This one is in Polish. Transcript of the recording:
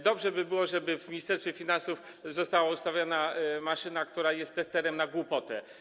Dobrze by było, żeby w Ministerstwie Finansów została ustawiona maszyna, która jest testerem na głupotę.